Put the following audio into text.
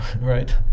right